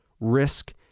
risk